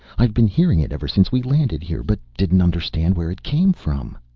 i've been hearing it ever since we landed here, but didn't understand where it came from.